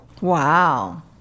Wow